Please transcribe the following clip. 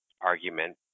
argument